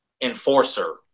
enforcer